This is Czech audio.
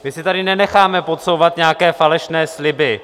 My si tady nenecháme podsouvat nějaké falešné sliby.